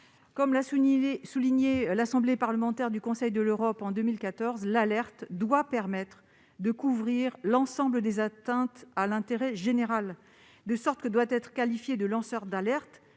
Comme l'a souligné l'Assemblée parlementaire du Conseil de l'Europe en 2014, l'alerte doit permettre de couvrir l'ensemble des atteintes à l'intérêt général. Ainsi, doit être qualifiée de lanceur d'alerte